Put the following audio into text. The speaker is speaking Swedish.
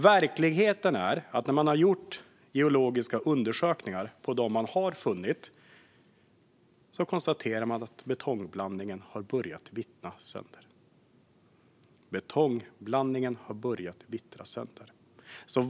Verkligheten är att när man har gjort geologiska undersökningar på de tunnor som man har funnit har man konstaterat att betongblandningen har börjat vittra sönder.